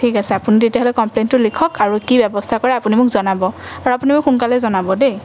ঠিক অছে আপুনি তেতিয়াহ'লে কমপ্লেইনটো লিখক আৰু কি ব্যৱস্থা কৰে আপুনি মোক জনাব আৰু আপুনি মোক সোনকালে জনাব দেই